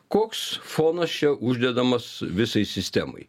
koks fonas čia uždedamas visai sistemai